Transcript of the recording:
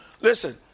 Listen